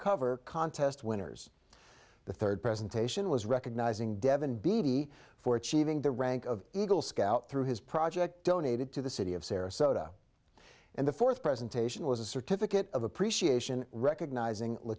cover contest winners the third presentation was recognizing devon beattie for achieving the rank of eagle scout through his project donated to the city of sarasota and the fourth presentation was a certificate of appreciation recognizing